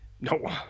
no